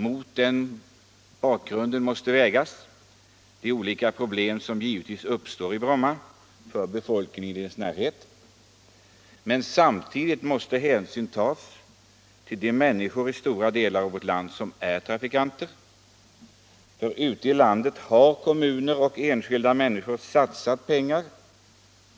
Mot den bakgrunden måste vägas de olika problem som givetvis uppstår för Bromma och befolkningen i dess närhet. Men samtidigt måste hänsyn tas till de människor i stora delar av vårt land som är trafikanter, för ute i landet har kommuner och enskilda människor satsat pengar